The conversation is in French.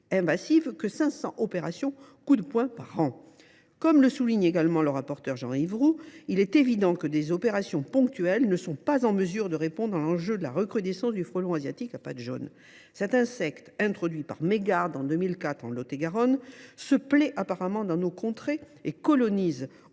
que 500 opérations coups de poing par an. Comme le souligne également le rapporteur Jean Yves Roux, il est évident que des opérations ponctuelles ne sont pas en mesure de répondre à l’enjeu que constitue la recrudescence du frelon asiatique à pattes jaunes. Cet insecte, introduit par mégarde en 2004 dans le Lot et Garonne, se plaît apparemment dans nos contrées et colonise